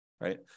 right